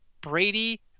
Brady